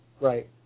Right